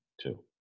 two